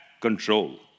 control